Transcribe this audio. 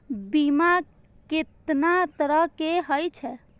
बीमा केतना तरह के हाई छै?